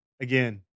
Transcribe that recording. Again